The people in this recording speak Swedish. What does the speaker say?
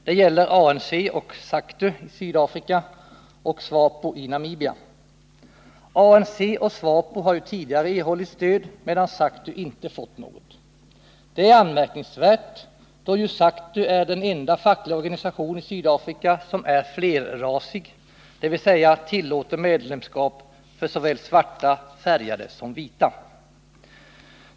Det gäller ANC och SACTU i Sydafrika och SWAPO i Namibia. ANC och SWAPO har ju tidigare erhållit stöd, medan SACTU inte fått något. Det är anmärkningsvärt, då ju SACTU är den enda fackliga organisation i Sydafrika som är flerrasig, dvs. tillåter medlemskap för såväl svarta som färgade och vita.